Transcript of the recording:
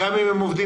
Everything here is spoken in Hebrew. גם אם הם עובדים?